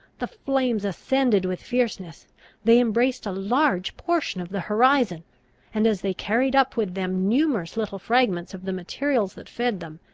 the flames ascended with fierceness they embraced a large portion of the horizon and, as they carried up with them numerous little fragments of the materials that fed them,